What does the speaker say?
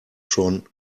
schon